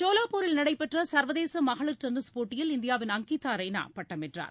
சோலாப்பூரில் நடைபெற்ற கர்வதேச மகளிர் டென்னிஸ் போட்டியில் இந்தியாவின் அங்கிதா ரெய்னா பட்டம் வென்றார்